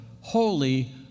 holy